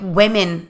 women